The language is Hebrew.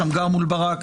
שמגר מול ברק,